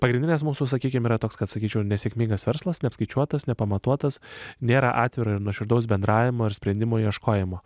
pagrindinės mūsų sakykim yra toks kad sakyčiau nesėkmingas verslas neapskaičiuotas nepamatuotas nėra atviro ir nuoširdaus bendravimo ir sprendimo ieškojimo